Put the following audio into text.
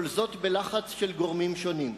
וכל זאת בלחץ של גורמים שונים.